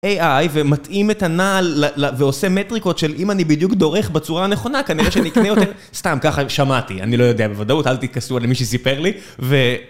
AI, ומתאים את הנעל, ועושה מטריקות של אם אני בדיוק דורך בצורה הנכונה, כנראה שנקנה יותר. סתם, ככה שמעתי, אני לא יודע, בוודאות אל תכעסו על מי שסיפר לי.